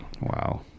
Wow